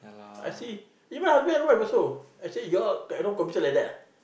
I see even husband and wife also i say you all like got no commission like that ah